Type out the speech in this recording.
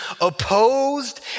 opposed